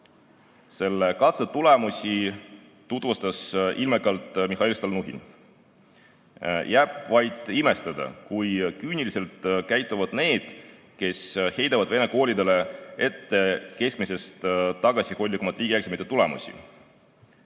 Selle katse tulemusi tutvustas ilmekalt Mihhail Stalnuhhin. Jääb vaid imestada, kui küüniliselt käituvad need, kes heidavad vene koolidele ette keskmisest tagasihoidlikumaid riigieksamite tulemusi.